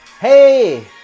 Hey